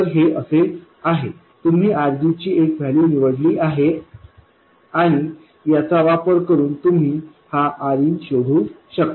तर हे असे आहे तुम्ही RG ची एक व्हॅल्यू निवडली आहेआणि याचा वापर करून तुम्ही हा Rin शोधू शकता